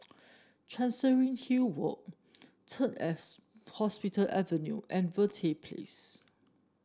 Chancery Hill Walk Third S Hospital Avenue and Verde Place